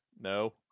No